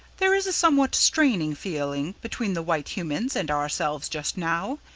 there is a somewhat strained feeling between the white humans and ourselves just now.